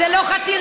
זה לא חתירה.